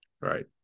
Right